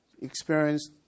experienced